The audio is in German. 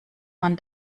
man